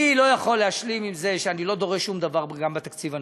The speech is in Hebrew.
אני לא יכול להשלים עם זה שאני לא דורש שום דבר גם בתקציב הנוכחי.